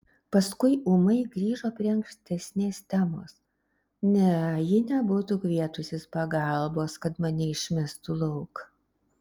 paskui ūmai grįžo prie ankstesnės temos ne ji nebūtų kvietusis pagalbos kad mane išmestų lauk